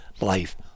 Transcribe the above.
life